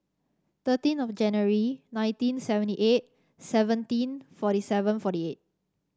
thirteen of January nineteen seventy eight seventeen forty seven forty eight